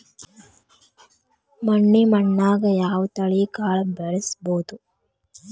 ಮಟ್ಟಿ ಮಣ್ಣಾಗ್, ಯಾವ ತಳಿ ಕಾಳ ಬೆಳ್ಸಬೋದು?